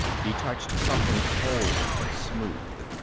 he touched something cold and smooth.